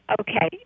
okay